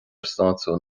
sláintiúil